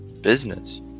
business